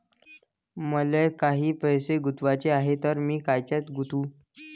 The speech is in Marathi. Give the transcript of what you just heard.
मले काही पैसे गुंतवाचे हाय तर कायच्यात गुंतवू?